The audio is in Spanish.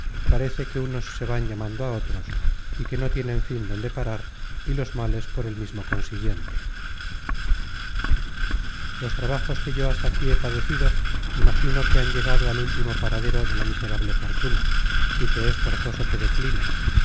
parece que unos se van llamando á otros y que no tienen fin donde parar y los males por el mismo consiguiente los trabajos que yo hasta aquí he padecido imagino que han llegado al último paradero de la miserable fortuna y que es forzoso que declinen